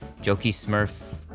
jokey smurf,